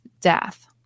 death